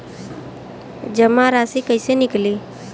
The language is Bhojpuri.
जमा राशि कइसे निकली?